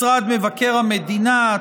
משרד מבקר המדינה,